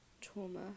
trauma